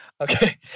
Okay